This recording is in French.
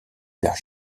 père